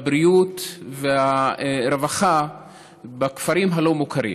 הבריאות והרווחה בכפרים הלא-מוכרים,